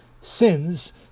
sins